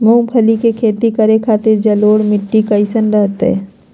मूंगफली के खेती करें के खातिर जलोढ़ मिट्टी कईसन रहतय?